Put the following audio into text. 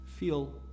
Feel